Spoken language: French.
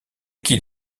qu’il